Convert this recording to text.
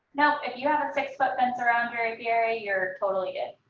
nope, if you have a six foot fence around your apiary, you're totally good.